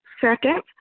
second